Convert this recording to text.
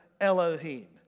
Elohim